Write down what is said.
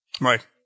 right